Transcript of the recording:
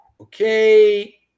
Okay